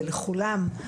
זה לכולם,